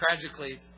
Tragically